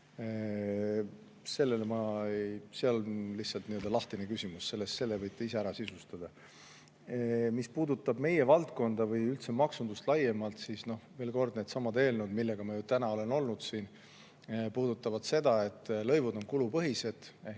valitsus. See on nii-öelda lahtine küsimus, selle võite ise ära sisustada. Mis puudutab meie valdkonda või üldse maksundust laiemalt, siis veel kord, need eelnõud, millega ma ju täna olen siin olnud, puudutavad seda, et lõivud on kulupõhised, ehk